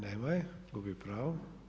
Nema je, gubi pravo.